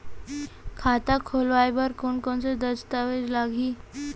खाता खोलवाय बर कोन कोन से दस्तावेज लागही?